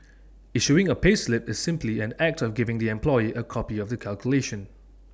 issuing A payslip is simply an act of giving the employee A copy of the calculation